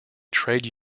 trade